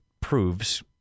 proves